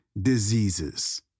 diseases